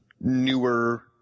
newer